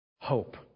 Hope